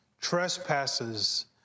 trespasses